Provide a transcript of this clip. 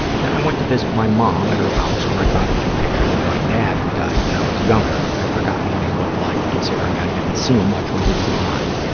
then i went to visit my mom at her house, where i found a few pictures of my dad who died when i was younger. i'd forgotten what he looked like, considering i didn't see him much when he was alive.